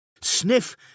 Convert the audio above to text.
Sniff